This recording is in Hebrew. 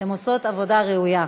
אתן עושות עבודה ראויה.